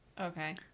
Okay